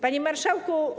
Panie Marszałku!